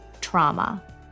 Trauma